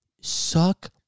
Suck